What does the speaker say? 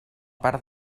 part